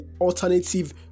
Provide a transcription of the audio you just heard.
Alternative